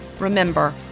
Remember